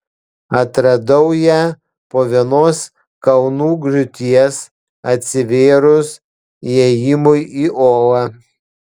atradau ją po vienos kalnų griūties atsivėrus įėjimui į olą